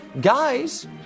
Guys